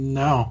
no